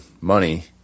money